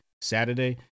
Saturday